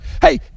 Hey